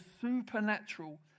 supernatural